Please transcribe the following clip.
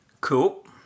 Cool